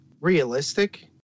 realistic